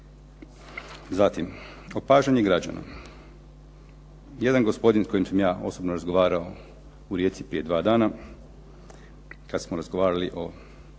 Zatim, opažanje građana. Jedan gospodin s kojim sam ja osobno razgovarao u Rijeci prije dva dana kad smo razgovarali o